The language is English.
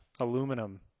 aluminum